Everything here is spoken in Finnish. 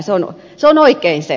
se on oikein se